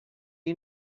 you